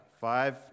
five